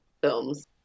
films